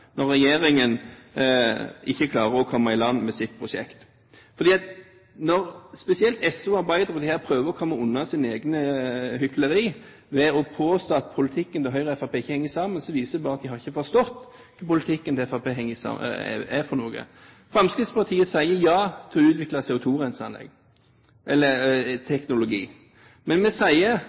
når regjeringen ikke klarer å komme i land med sitt prosjekt. Når spesielt SV og Arbeiderpartiet her prøver å komme unna sitt eget hykleri ved å påstå at politikken til Høyre og Fremskrittspartiet ikke henger sammen, viser det bare at de ikke har forstått hva Fremskrittspartiets politikk er. Fremskrittspartiet sier ja til å utvikle CO2-teknologi. Men vi sier